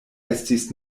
estis